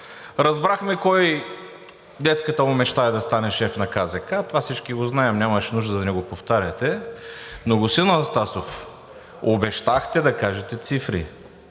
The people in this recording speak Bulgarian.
Разбрахме на кого детската му мечта е да стане шеф на КЗК – това всички го знаем, нямаше нужда да ни го повтаряте. Но господин Анастасов, обещахте да кажете цифри